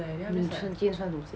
你今天穿什么鞋